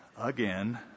again